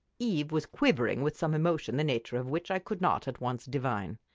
eve was quivering with some emotion the nature of which i could not at once divine.